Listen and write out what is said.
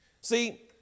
See